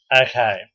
Okay